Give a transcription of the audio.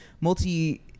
multi